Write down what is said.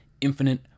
infinite